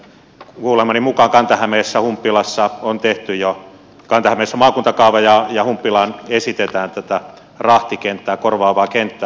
kuulemani mukaan kanta hämeessä on tehty jo maakuntakaava ja humppilaan esitetään tätä rahtikenttää korvaavaa kenttää